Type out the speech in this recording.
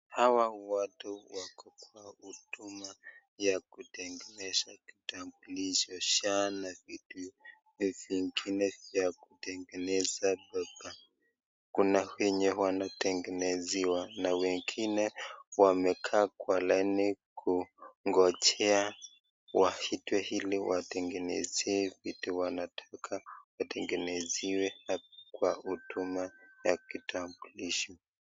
Hawa watu wako kwa huduma ya kutengeneza kitambulisho, SHA na vitu vingine vya kutengeneza hapa, kuna wenye wanatengenezewa na wengine wamekaa kwa laini kungojea waitwe ili watengenezewe vitu wanataka kutengenezewa kwa huduma ya kitambulisho.